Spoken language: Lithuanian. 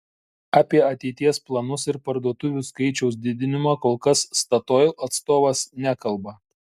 apie ateities planus ir parduotuvių skaičiaus didinimą kol kas statoil atstovas nekalba